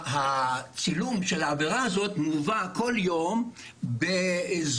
צילום העבירה הזו מובא כל יום בזמן.